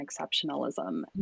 exceptionalism